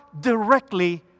directly